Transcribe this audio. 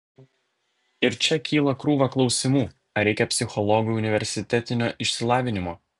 ir čia kyla krūva klausimų ar reikia psichologui universitetinio išsilavinimo